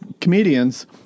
comedians